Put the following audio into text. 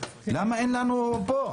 למה אין לנו נתונים?